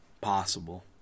Possible